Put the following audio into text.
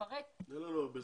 שתדעי, אין לנו הרבה זמן היום.